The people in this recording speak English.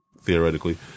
theoretically